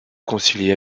concilier